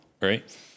right